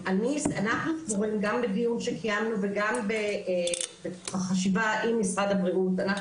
גם בדיון שקיימנו וגם בחשיבה עם משרד הבריאות אנחנו